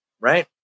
right